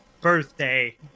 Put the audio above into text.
birthday